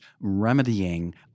remedying